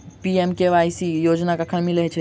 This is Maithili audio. पी.एम.के.एम.वाई योजना कखन मिलय छै?